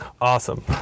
Awesome